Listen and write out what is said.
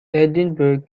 edinburgh